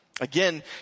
Again